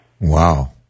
Wow